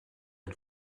and